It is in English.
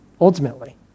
ultimately